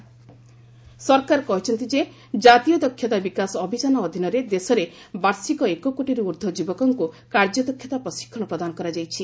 ଗଭ୍ ସିଲ୍ ସରକାର କହିଛନ୍ତି ଯେ ଜାତୀୟ ଦକ୍ଷତା ବିକାଶ ଅଭିଯାନ ଅଧୀନରେ ଦେଶରେ ବାର୍ଷିକ ଏକ କୋର୍ଟରୁ ଊର୍ଦ୍ଧ୍ୱ ଯୁବକଙ୍କୁ କାର୍ଯ୍ୟ ଦକ୍ଷତା ପ୍ରଶିକ୍ଷଣ ପ୍ରଦାନ କରାଯାଇଛି